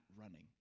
running